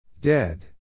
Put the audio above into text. Dead